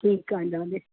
ठीकु आहे इहा बि